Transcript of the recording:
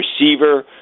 receiver